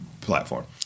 platform